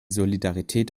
solidarität